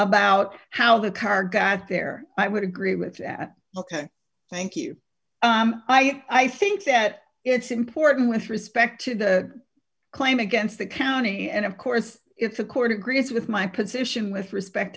about how the car got there i would agree with that thank you i think that it's important with respect to the claim against the county and of course if the court agrees with my position with respect